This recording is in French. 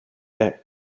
haies